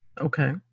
Okay